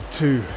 two